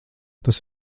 tas